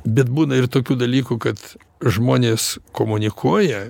bet būna ir tokių dalykų kad žmonės komunikuoja